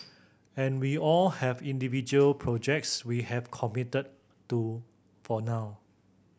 and we all have individual projects we have committed to for now